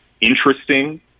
interesting